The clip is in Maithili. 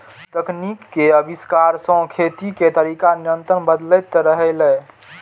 तकनीक के आविष्कार सं खेती के तरीका निरंतर बदलैत रहलैए